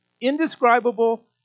indescribable